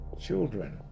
Children